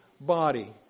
body